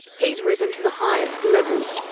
he's risen to the highest levels,